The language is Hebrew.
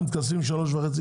אנחנו מתכנסים ב- 15:30,